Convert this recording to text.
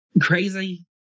crazy